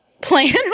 plan